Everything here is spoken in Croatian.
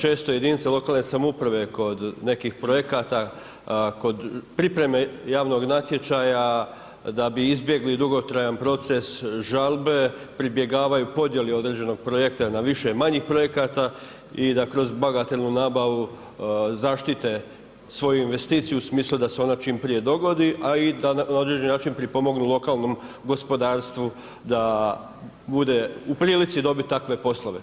Često jedinice lokalne samouprave kod nekih projekata, kod pripreme javnog natječaja da bi izbjegli dugotrajan proces žalbe pribjegavaju podjeli određenog projekta na više manjih projekata i da kroz bagatelnu nabavu zaštite svoju investiciju u smislu da se ona čim prije dogodi, a i da na određeni način pripomognu lokalnom gospodarstvu da bude u prilici dobit takve poslove.